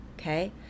okay